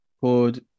called